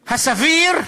הסביר,